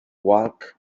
walk